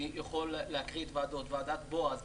אני יכול להקריא את הוועדות: ועדת בועז,